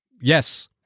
Yes